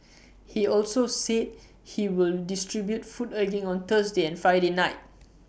he also said he will distribute food again on Thursday and Friday night